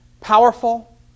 powerful